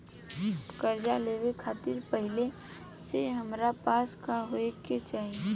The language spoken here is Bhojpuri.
कर्जा लेवे खातिर पहिले से हमरा पास का होए के चाही?